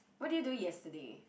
what did you do yesterday